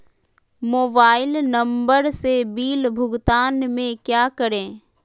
Mobile number से bill भुगतान में क्या करें?